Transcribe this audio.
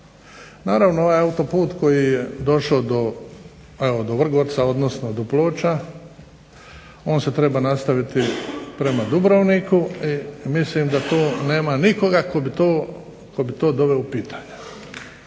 Naravno ovaj autoput koji je došao do Vrgorca, odnosno do Ploča, on se treba nastaviti prema Dubrovniku i mislim da nema nikoga tko bi to doveo u pitanje,